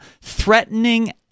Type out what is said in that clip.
threatening